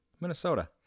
Minnesota